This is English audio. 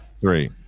three